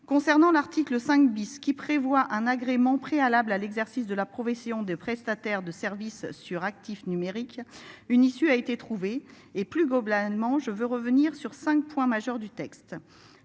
Concernant l'article 5 bis qui prévoit un agrément préalable à l'exercice de la profession de prestataires de services sur actifs numériques une issue a été trouvée et plus Gobelins allemand je veux revenir sur 5 points majeurs du texte,